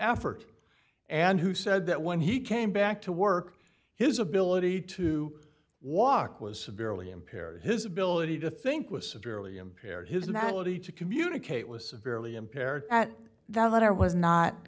effort and who said that when he came back to work his ability to walk was severely impaired his ability to think was severely impaired his malady to communicate was severely impaired at that letter was not